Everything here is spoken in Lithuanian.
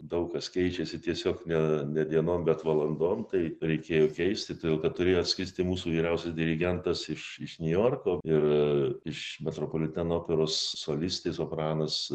daug kas keičiasi tiesiog ne ne dienom bet valandom tai reikėjo keisti todėl kad turėjo atskristi mūsų vyriausias dirigentas iš iš niujorko ir iš metropoliteno operos solistė sopranas